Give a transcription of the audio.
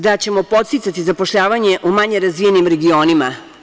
Da ćemo podsticati zapošljavanje u manje razvijenim regionima.